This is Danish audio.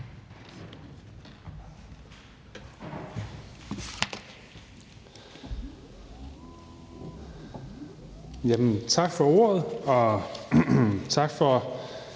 Tak for det, og tak til